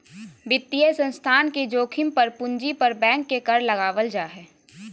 वित्तीय संस्थान के जोखिम पर पूंजी पर बैंक के कर लगावल जा हय